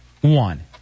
One